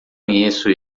conheço